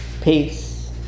peace